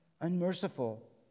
Unmerciful